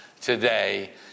today